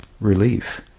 relief